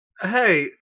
Hey